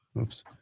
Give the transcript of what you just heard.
Oops